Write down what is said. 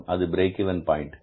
அது நமது break even point